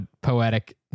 poetic